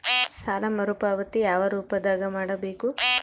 ಸಾಲ ಮರುಪಾವತಿ ಯಾವ ರೂಪದಾಗ ಮಾಡಬೇಕು?